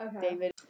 david